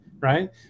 Right